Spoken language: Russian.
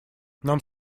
нам